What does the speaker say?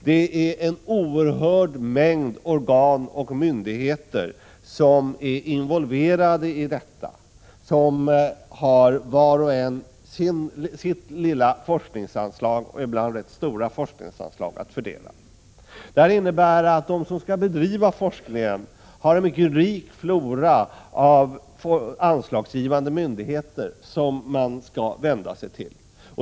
Det är en oerhörd mängd organ och myndigheter som är involverade i detta och som har sitt eget lilla eller ibland rätt stora forskningsanslag att fördela. Det här innebär att de som skall bedriva forskning har en mycket rik flora av anslagsgivande myndigheter som de skall vända sig till.